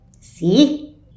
See